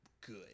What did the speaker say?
good